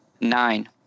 Nine